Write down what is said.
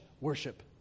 worship